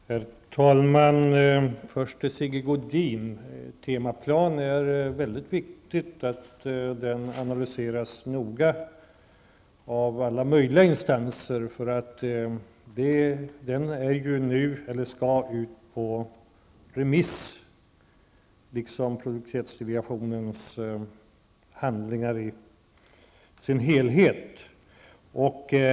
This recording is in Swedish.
Herr talman! Jag vill först vända mig till Sigge Godin. Det är mycket viktigt att Temaplan analyseras mycket noga av alla möjliga instanser. Den, liksom produktivitetsdelegationens handlingar i dess helhet, skall nu ut på remiss.